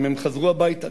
אם הם חזרו הביתה.